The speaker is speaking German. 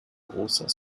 großer